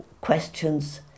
questions